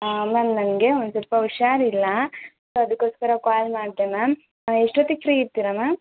ma'am ನನಗೆ ಒಂದು ಸ್ವಲ್ಪ ಹುಷಾರಿಲ್ಲ ಸೊ ಅದಕ್ಕೋಸ್ಕರ ಕಾಲ್ ಮಾಡಿದೆ ಮ್ಯಾಮ್ ಎಷ್ಟೊತ್ತಿಗೆ ಫ್ರೀ ಇರ್ತೀರ ಮ್ಯಾಮ್